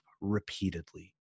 repeatedly